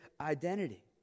identity